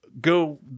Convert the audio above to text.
go